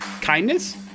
Kindness